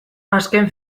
azken